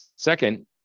Second